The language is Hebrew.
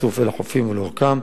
ורצוף אל החופים ולאורכם.